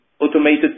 automated